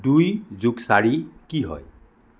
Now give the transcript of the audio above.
দুই যোগ চাৰি কি হয়